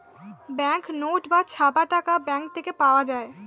bank note বা ছাপা টাকা ব্যাঙ্ক থেকে পাওয়া যায়